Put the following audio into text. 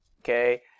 okay